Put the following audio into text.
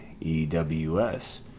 E-W-S